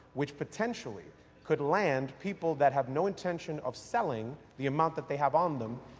which potentially could land people that have no intention of selling the amount that they have on them,